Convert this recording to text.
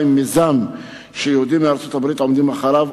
מיזם שיהודים מארצות-הברית עומדים מאחוריו,